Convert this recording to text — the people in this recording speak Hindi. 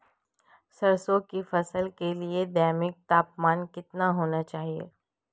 सरसों की फसल के लिए दैनिक तापमान कितना होना चाहिए?